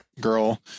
girl